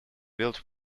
built